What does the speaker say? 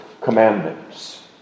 commandments